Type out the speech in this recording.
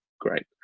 great